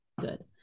good